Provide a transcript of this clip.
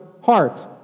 heart